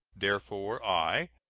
therefore, i,